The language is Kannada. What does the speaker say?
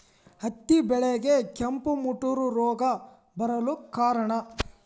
ಹತ್ತಿ ಬೆಳೆಗೆ ಕೆಂಪು ಮುಟೂರು ರೋಗ ಬರಲು ಕಾರಣ?